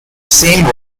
same